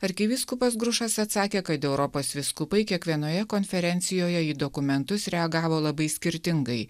arkivyskupas grušas atsakė kad europos vyskupai kiekvienoje konferencijoje į dokumentus reagavo labai skirtingai